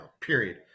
Period